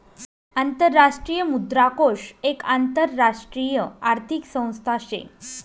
आंतरराष्ट्रीय मुद्रा कोष एक आंतरराष्ट्रीय आर्थिक संस्था शे